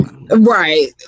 Right